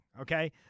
okay